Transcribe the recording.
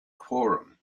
quorum